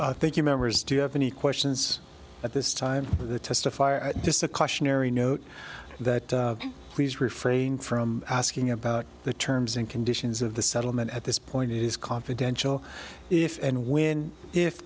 you members do you have any questions at this time for the testify or just a cautionary note that please refrain from asking about the terms and conditions of the settlement at this point is confidential if and when if